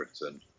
Britain